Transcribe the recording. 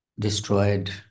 destroyed